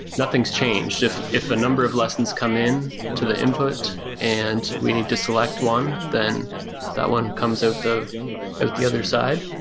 nothing's changed, if if a number of lessons come in to the input and we need to select one then that one comes out the ah the others side?